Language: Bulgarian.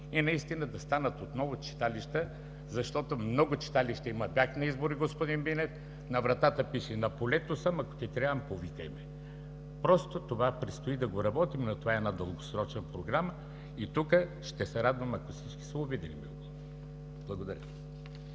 и наистина да станат отново читалища, защото много читалища има – бях на избори, господин Бинев, на вратата пише: „На полето съм, ако ти трябвам – повикай ме!”. Просто това предстои да го работим, но това е дългосрочна програма и тук ще се радвам, ако всички се обединим. Благодаря